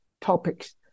topics